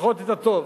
ושוכחות את הטוב,